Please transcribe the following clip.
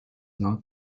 not